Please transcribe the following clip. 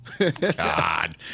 God